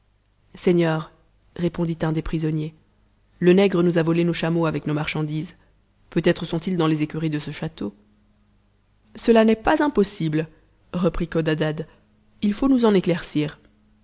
seigneur répondit un des prisonniers le nègre nous a volé nos chameaux avec nos marchandises peut-être sont-ils dans les écuries de ce château cela n'est pas impossible reprit codadad il faut nous en éclairdr